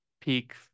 peak